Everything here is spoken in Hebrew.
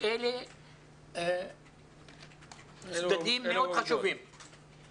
אלה צדדים חשובים מאוד.